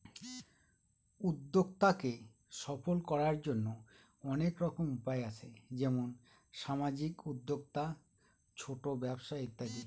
উদ্যক্তাকে সফল করার জন্য অনেক রকম উপায় আছে যেমন সামাজিক উদ্যোক্তা, ছোট ব্যবসা ইত্যাদি